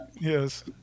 Yes